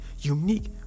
unique